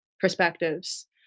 perspectives